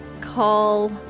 call